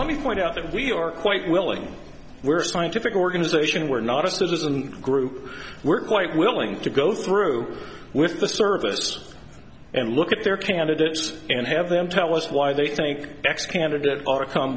let me point out that we are quite willing we're scientific organization we're not a citizen group we're quite willing to go through with the service and look at their candidates and have them tell us why they think x candidate are com